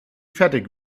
fertig